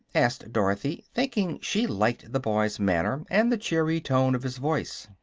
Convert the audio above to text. asked dorothy, thinking she liked the boy's manner and the cheery tone of his voice.